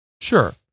Sure